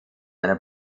eine